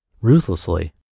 ruthlessly